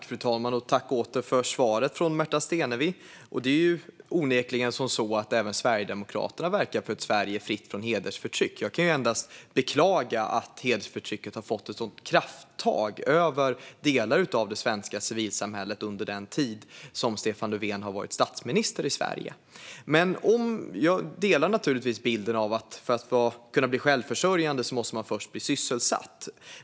Fru talman! Tack åter för svaret från Märta Stenevi! Det är onekligen så att även Sverigedemokraterna verkar för ett Sverige fritt från hedersförtryck. Jag kan endast beklaga att hedersförtrycket har fått ett sådant krafttag över delar av det svenska civilsamhället under den tid som Stefan Löfven har varit statsminister i Sverige. Jag delar naturligtvis bilden att för att kunna bli självförsörjande måste man först bli sysselsatt.